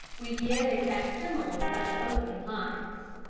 we give a facsimile of the opening lines.